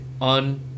on